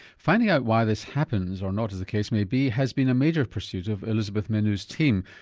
finding out why this happens or not as the case may be has been a major pursuit of elisabeth menu's team,